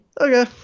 okay